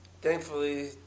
thankfully